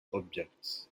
objects